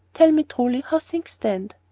tell me truly how things stand.